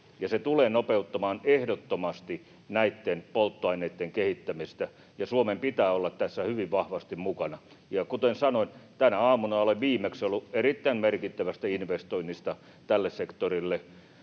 Se tulee ehdottomasti nopeuttamaan näitten polttoaineitten kehittämistä, ja Suomen pitää olla tässä hyvin vahvasti mukana. Ja kuten sanoin, tänä aamuna olen viimeksi ollut yhteyksissä erittäin merkittävästä investoinnista tälle sektorille.